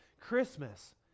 Christmas